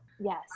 Yes